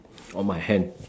on my hand